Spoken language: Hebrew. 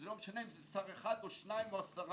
ולא משנה אם זה שר אחד או שניים או עשרה.